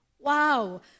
Wow